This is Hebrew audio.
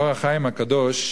"אור החיים" הקדוש,